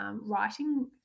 writing